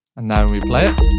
and now we play it.